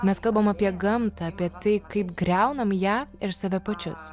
mes kalbam apie gamtą apie tai kaip griaunam ją ir save pačius